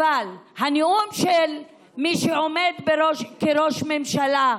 אבל הנאום של מי שעומד בראש הממשלה,